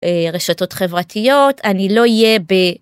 רשתות חברתיות, אני לא אהיה ב...